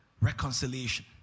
Reconciliation